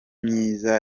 myiza